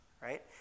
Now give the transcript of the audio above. Right